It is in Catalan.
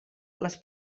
les